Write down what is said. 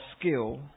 skill